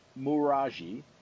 Muraji